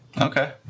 Okay